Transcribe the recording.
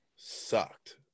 sucked